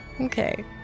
Okay